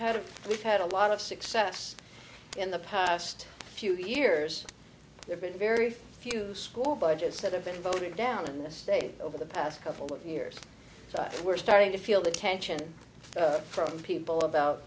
a we've had a lot of success in the past few years there been very few school budgets that have been voted down in this state over the past couple of years so we're starting to feel the tension from people about